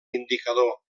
indicador